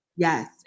Yes